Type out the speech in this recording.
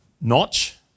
notch